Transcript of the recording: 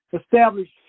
establish